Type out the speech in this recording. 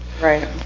right